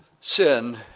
sin